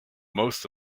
most